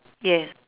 yes